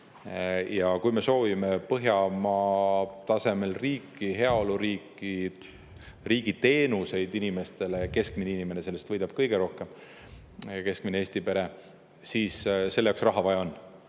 Ja kui me soovime Põhjamaade tasemel riiki, heaoluriiki, riigi teenuseid inimestele – keskmine inimene võidab sellest kõige rohkem, keskmine Eesti pere –, siis selle jaoks on raha vaja.